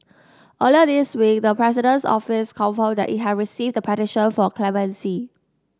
earlier this week the President's Office confirmed that it had received the petition for clemency